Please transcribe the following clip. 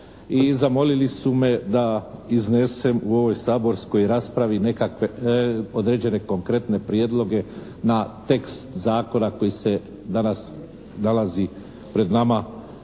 zamolili su me da iznesem u ovoj saborskoj raspravi određene konkretne prijedloge na tekst zakona koji se danas nalazi pred nama